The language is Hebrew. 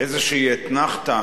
איזו אתנחתא